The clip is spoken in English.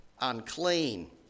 unclean